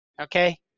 okay